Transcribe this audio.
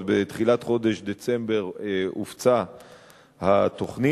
ובתחילת חודש דצמבר הופצה התוכנית,